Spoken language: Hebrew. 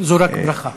זו רק ברכה.